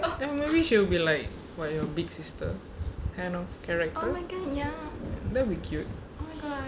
ya maybe she'll be like what your big sister kind of character that will be cute